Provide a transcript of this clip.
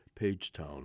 Pagetown